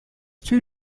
two